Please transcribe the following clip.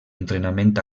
entrenament